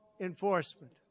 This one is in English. enforcement